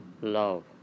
love